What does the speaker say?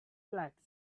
flags